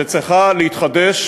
שצריכה להתחדש,